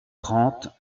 trente